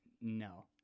no